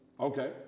Okay